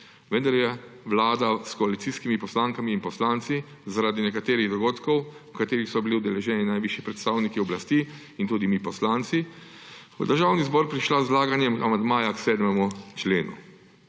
vendar je vlada s koalicijskimi poslankami in poslanci zaradi nekaterih dogodkov, v katerih so bili udeleženi najvišji predstavniki oblasti in tudi mi poslanci, v Državni zbor prišla z vlaganjem amandmaja k 7. členu.